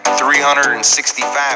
365